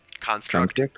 construct